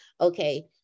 okay